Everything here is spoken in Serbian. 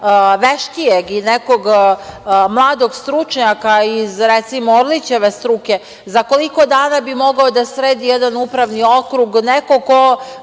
veštijeg i nekog mladog stručnjaka iz Orlićeve struke, za koliko dana bi mogao da sredi jedan upravni okrug, nekog ko